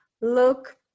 look